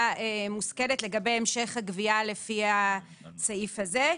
מושכלת לגבי המשך הגבייה לפי הסעיף הזה.